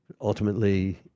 Ultimately